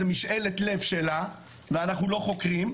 זה משאלת לב שלה' ואנחנו לא חוקרים,